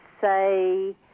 say